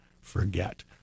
forget